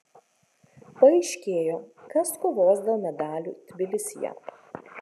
paaiškėjo kas kovos dėl medalių tbilisyje